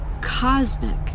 cosmic